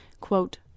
quote